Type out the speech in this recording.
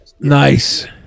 Nice